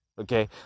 okay